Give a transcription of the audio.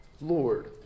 Lord